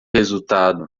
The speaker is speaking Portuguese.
resultado